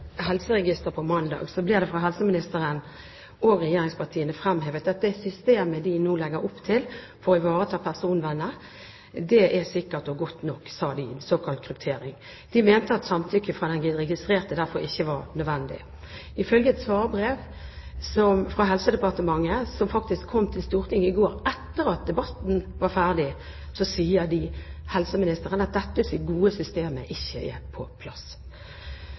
på mandag ble det fra helseministeren og regjeringspartiene fremhevet at det systemet de nå legger opp til for å ivareta personvernet, en såkalt kryptering, er sikkert og godt nok. De mente at samtykke fra den registrerte derfor ikke var nødvendig. Ifølge et svarbrev fra Helsedepartementet, som faktisk kom til Stortinget i går etter at debatten var ferdig, sier helseministeren at dette gode systemet ikke er på plass.